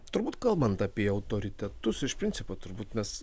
turbūt kalbant apie autoritetus iš principo turbūt mes